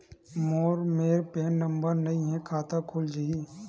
मोर मेर PAN number नई हे का खाता खुल जाही?